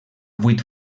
vuit